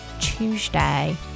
Tuesday